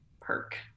perk